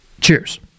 Cheers